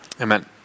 Amen